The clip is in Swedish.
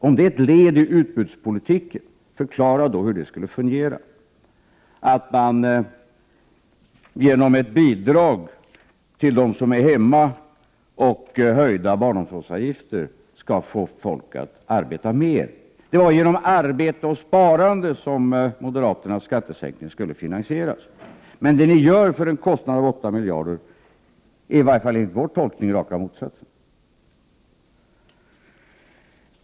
Om det är ett led i utbudspolitiken — förklara då hur det skulle fungera. Hur skall man genom ett bidrag till dem som är hemma och genom höjda barnomsorgsavgifter få folk att arbeta mer? Det var genom arbete och sparande som moderaternas skattesänkning skulle finansieras, men det ni gör till en kostnad av 8 miljarder är i varje fall enligt vår tolkning raka motsatsen.